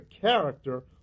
character